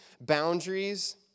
boundaries